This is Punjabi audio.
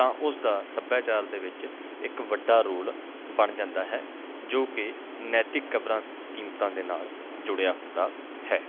ਤਾਂ ਉਸ ਦਾ ਸੱਭਿਆਚਾਰ ਦੇ ਵਿੱਚ ਇੱਕ ਵੱਡਾ ਰੋਲ ਬਣ ਜਾਂਦਾ ਹੈ ਜੋ ਕਿ ਨੈਤਿਕ ਕਦਰਾਂ ਕੀਮਤਾਂ ਦੇ ਨਾਲ ਜੁੜਿਆ ਹੁੰਦਾ ਹੈ